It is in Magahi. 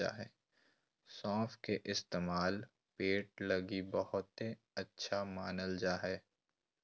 सौंफ के इस्तेमाल पेट लगी बहुते अच्छा मानल जा हय